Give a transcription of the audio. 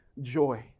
joy